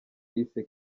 yise